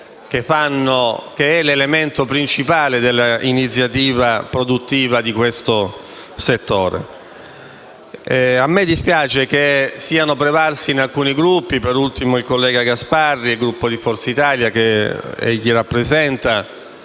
che è l'elemento principale dell'iniziativa produttiva di questo settore. A me dispiace che siano prevalsi in alcuni Gruppi - da ultimo nell'intervento del collega Gasparri per il Gruppo di Forza Italia, che egli rappresenta